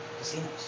Casinos